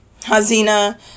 Hazina